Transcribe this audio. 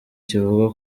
kivuga